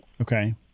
Okay